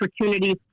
opportunities